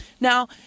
Now